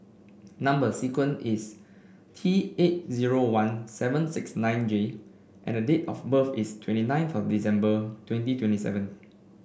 number sequence is T eight zero one seven six nine J and date of birth is twenty nine December twenty twenty seven